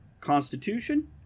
Constitution